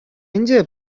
ӗнтӗ